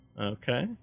Okay